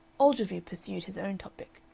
ogilvy pursued his own topic.